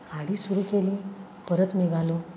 गाडी सुरू केली परत निघालो